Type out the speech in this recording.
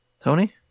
Tony